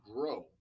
grow